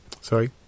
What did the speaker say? Sorry